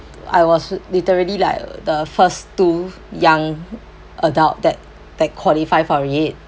I was literally like the first two young adult that that qualify for it